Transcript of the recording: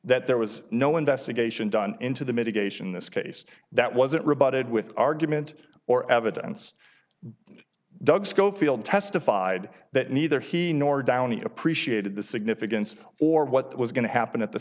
that there was no investigation done into the mitigation in this case that wasn't rebutted with argument or evidence doug schofield testified that neither he nor downey appreciated the significance or what was going to happen at the